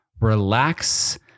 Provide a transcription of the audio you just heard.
relax